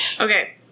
Okay